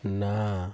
ନା